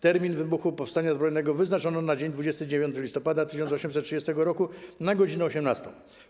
Termin wybuchu powstania zbrojnego wyznaczono na dzień 29 listopada 1830 r. na godz. 18.